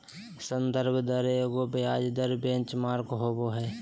संदर्भ दर एगो ब्याज दर बेंचमार्क होबो हइ